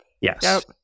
Yes